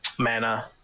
mana